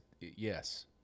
yes